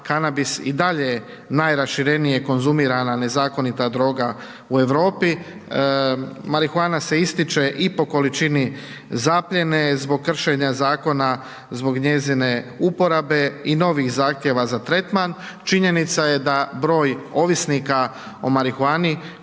i dalje najraširenije konzumirana nezakonita droga u Europi. Marihuana se ističe i po količini zapljene zbog kršenja zakona zbog njezine uporabe i novih zahtjeva za tretman. Činjenica je da broj ovisnika o marihuani